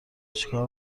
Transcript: چیکار